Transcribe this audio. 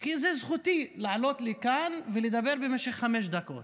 כי זאת זכותי לעלות לכאן ולדבר במשך חמש דקות,